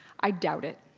i doubt it,